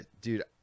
dude